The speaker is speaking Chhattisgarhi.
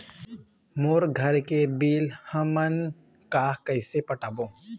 मोर घर के बिल हमन का कइसे पटाबो?